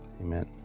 amen